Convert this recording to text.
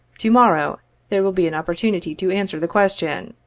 to-morrow there will be an opportunity to answer the question.